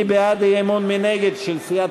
מי בעד האי-אמון של מרצ?